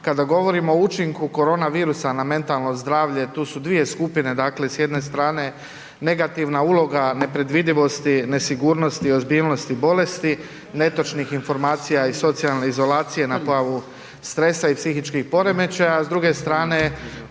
Kada govorimo o učinku koronavirusa na mentalno zdravlje, tu su dvije skupine, dakle, s jedne strane negativna uloga, nepredvidivosti, nesigurnosti, ozbiljnosti bolesti, netočnih informacija i socijalne izolacije na pojavu stresa i psihičkih poremećaja. S druge strane,